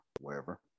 wherever